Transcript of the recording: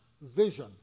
vision